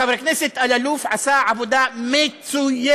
וחבר הכנסת אלאלוף עשה עבודה מצוינת,